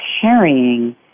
carrying